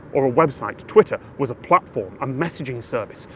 or a web site twitter was a platform, a messaging service.